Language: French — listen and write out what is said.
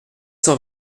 cent